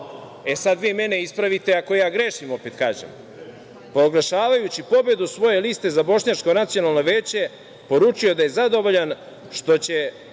Sada vi mene ispravite ako ja grešim, opet kažem, pa oglašavajući pobedu svoje liste za bošnjačko nacionalno veće poručio da je zadovoljan što će